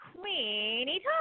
Queenie